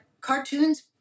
cartoons